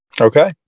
Okay